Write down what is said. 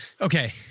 Okay